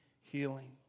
healing